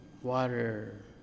water